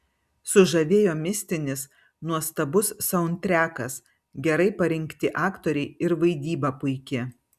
sužavėjo mistinis nuostabus saundtrekas gerai parinkti aktoriai ir vaidyba puiki